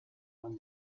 when